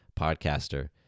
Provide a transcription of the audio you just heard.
podcaster